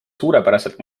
suurepäraselt